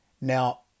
now